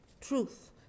truth